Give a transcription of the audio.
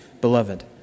beloved